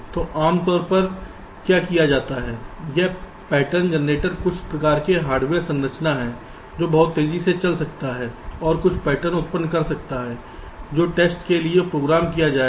तो आमतौर पर क्या किया जाता है यह पैटर्न जनरेटर कुछ प्रकार की हार्डवेयर संरचना है जो बहुत तेजी से चल सकता है और कुछ पैटर्न उत्पन्न कर सकता है जो टेस्ट के लिए उपयोग किया जाएगा